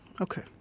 Okay